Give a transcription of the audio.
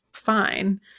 fine